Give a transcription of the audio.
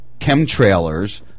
chemtrailers